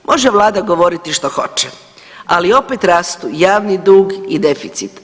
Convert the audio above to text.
Može vlada govoriti što hoće, ali opet rastu javni dug i deficit.